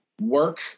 work